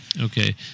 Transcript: Okay